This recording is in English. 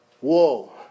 Whoa